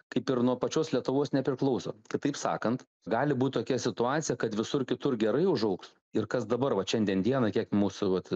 kaip ir nuo pačios lietuvos nepriklauso kitaip sakant gali būt tokia situacija kad visur kitur gerai užaugs ir kas dabar vat šiandien dieną kiek mūsų vat